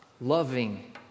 loving